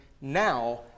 now